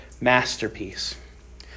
masterpiece